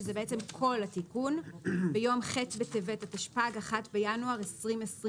שזה בעצם כל התיקון "ביום ח' בטבת התשפ"ג (1 בינואר 2023)